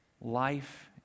life